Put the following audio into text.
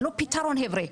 זה לא פתרון חבר'ה,